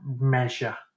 measure